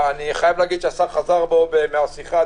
השר חזר בו מהשיחה.